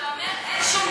אבל אתה אומר: אין שום דבר,